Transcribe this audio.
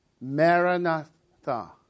Maranatha